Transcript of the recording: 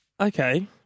Okay